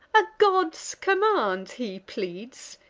a god's command he pleads,